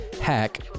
hack